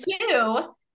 two